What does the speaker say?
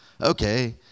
okay